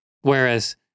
Whereas